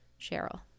Cheryl